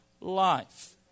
life